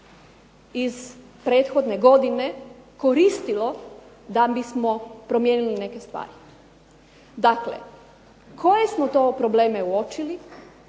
iz prethodne godine koristilo da bismo promijenili neke stvari. Dakle, koje smo to probleme uočili,